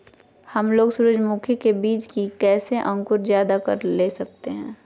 हमलोग सूरजमुखी के बिज की कैसे अंकुर जायदा कर सकते हैं?